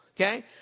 okay